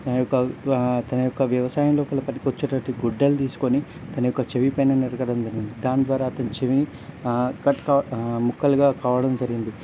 తన యొక తన యొక్క వ్యవసాయం లోపల పనికొచ్చేటువంటి గొడ్డలి తీసుకొని తన యొక్క చెవి పైన నరకటం జరిగింది దాని ద్వారా అతని చెవిని కట్ కావ ముక్కలుగా కావడం జరిగింది